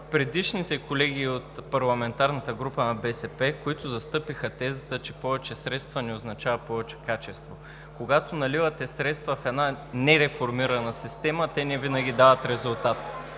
предишните колеги от парламентарната група на БСП, които застъпиха тезата, че повече средства, не означава повече качество. Когато наливате средства в една нереформирана система, те невинаги дават резултат.